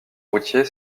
routier